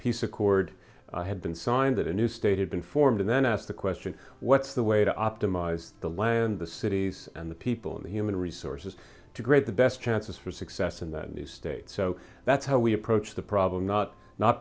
peace accord had been signed that a new state had been formed and then asked the question what's the way to optimize the land the cities and the people in the human resources to grade the best chances for success in that new state so that's how we approach the problem not not